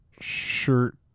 shirt